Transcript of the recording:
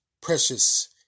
precious